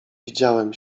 widziałem